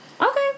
Okay